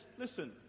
listen